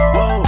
Whoa